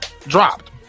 dropped